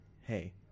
hey